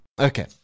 Okay